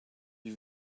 you